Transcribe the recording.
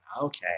okay